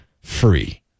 free